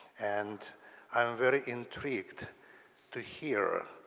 and i'm very intrigued to hear,